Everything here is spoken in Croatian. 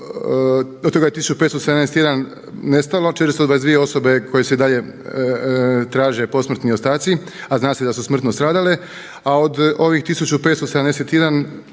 od toga je 1571 nestalo, 422 osobe koje se i dalje traže posmrtni ostaci a zna se da su smrtno stradale. A od ovih 1571